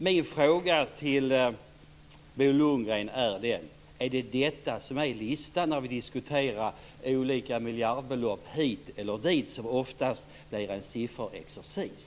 Min fråga till Bo Lundgren är: Är det detta som är listan när vi diskuterar olika miljardbelopp hit eller dit, vilket ofta blir en sifferexercis?